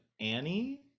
Annie